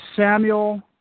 Samuel